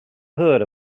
hood